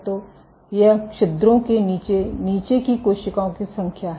तो यह छिद्रों के नीचे नीचे की कोशिकाओं की संख्या है